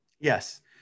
Yes